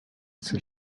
ses